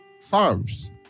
farms